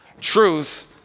Truth